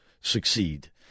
succeed